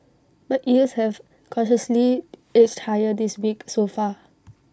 but yields have cautiously edged higher this week so far